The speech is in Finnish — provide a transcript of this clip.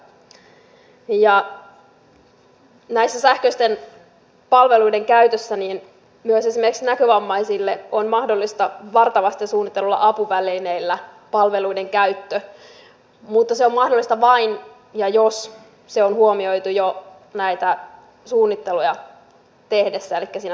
näiden sähköisten palveluiden osalta myös esimerkiksi näkövammaisille on mahdollista varta vasten suunnitelluilla apuvälineillä palveluiden käyttö mutta se on mahdollista vain jos se on huomioitu jo näitä suunnitteluja tehdessä elikkä siinä suunnitteluvaiheessa